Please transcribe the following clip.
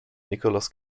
nicholas